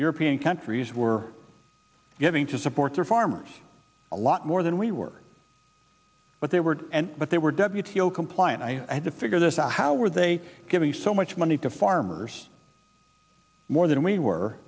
european countries were giving to support their farmers a lot more than we were what they were and what they were deputy o compliant i had to figure this out how were they giving so much money to farmers more than we were